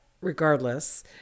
regardless